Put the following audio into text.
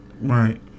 Right